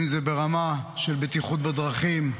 אם זה ברמה של בטיחות בדרכים,